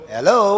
Hello